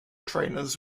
trainers